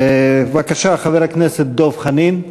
בבקשה, חבר הכנסת דב חנין,